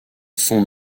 son